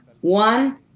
One